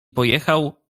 pojechał